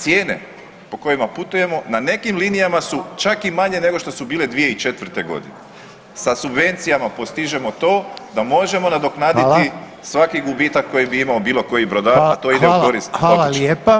Cijene po kojima putujemo na nekim linijama su čak i manje nego što su bile 2004.g. sa subvencijama postižemo to da možemo nadoknaditi [[Upadica Reiner: Hvala.]] svaki gubitak koji bi imao bilo koji brodar [[Upadica Reiner: Hvala.]] a to ide u korist otočana.